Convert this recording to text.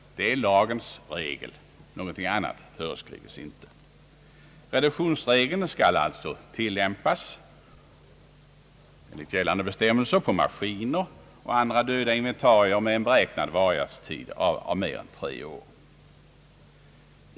Det är lagens regel. Något annat föreskrives inte. Reduktionsregeln skall alltså enligt gällande bestämmelser tillämpas på maskiner och andra döda inventarier med en varaktighetstid av upp till tre år.